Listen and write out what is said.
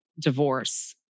divorce